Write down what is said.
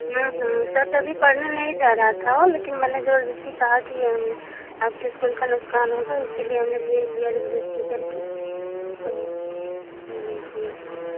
sir तभी पढ़ने नहीं जा रहा था और लेकिन मैंने ज़बरदस्ती कहा कि आपकी इस्कूल का नुकसान होगा इसीलिए हमने भेज दिया ज़बरदस्ती करके तो ठीक है